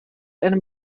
einem